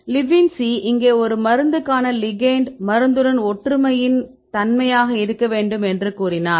Lipinski இங்கே ஒரு மருந்துக்கான லிகெெண்ட் மருந்துடன் ஒற்றுமையின் தன்மையாக இருக்க வேண்டும் என்று கூறினார்